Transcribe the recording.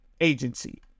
Agency